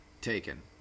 taken